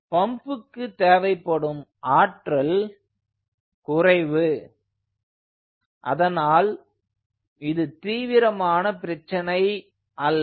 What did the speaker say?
பம்புக்கு தேவைப்படும் ஆற்றல் குறைவு அதனால் இது தீவிரமான பிரச்சனை அல்ல